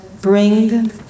bring